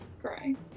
crying